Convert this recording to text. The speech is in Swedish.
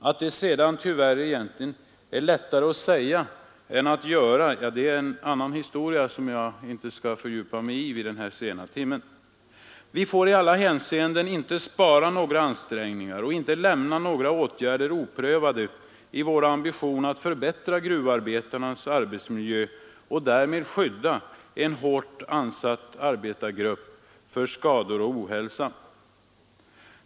Att detta tyvärr egentligen är lättare att säga än att göra är en annan historia, som jag inte skall fördjupa mig i vid denna sena timma. Vi får i alla hänseenden inte spara några ansträngningar och inte lämna några åtgärder oprövade i våra ambitioner att förbättra gruvarbetarnas arbetsmiljö och därmed skydda en hårt ansatt arbetargrupp för skador och ohälsa.